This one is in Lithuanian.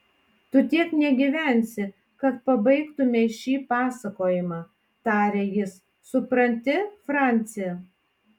tu tiek negyvensi kad pabaigtumei šį pasakojimą tarė jis supranti franci